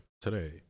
today